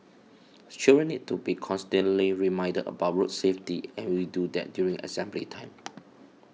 children need to be constantly reminded about road safety and we do that during assembly time